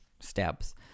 steps